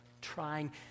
trying